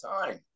time